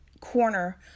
corner